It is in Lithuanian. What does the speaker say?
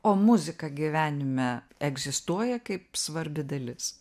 o muzika gyvenime egzistuoja kaip svarbi dalis